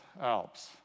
Alps